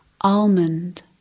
almond